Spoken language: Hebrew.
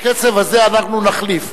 בקצב הזה אנחנו נחליף,